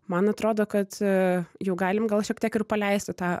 man atrodo kad jau galim gal šiek tiek ir paleisti tą